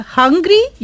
hungry